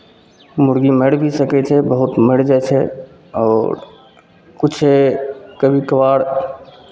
मुरगी मरि भी सकै छै बहुत मरि जाइ छै आओर किछु कभी कभार